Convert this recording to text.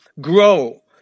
grow